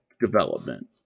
development